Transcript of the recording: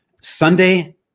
Sunday